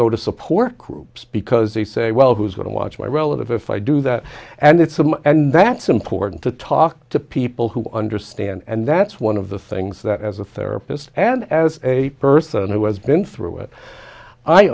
go to support groups because they say well who's going to watch my relative if i do that and it's them and that's important to talk to people who understand and that's one of the things that as a therapist and as a person who has been through it i